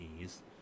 Ease